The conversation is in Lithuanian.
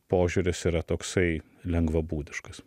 požiūris yra toksai lengvabūdiškas